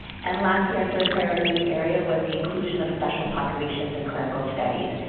and lastly, our third priority area was the inclusion of special populations and clinical studies.